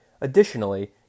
Additionally